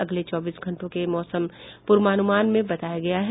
अगले चौबीस घंटों के मौसम पूर्वानुमान में कहा गया है